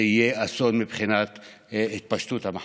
זה יהיה אסון מבחינת התפשטות המחלה.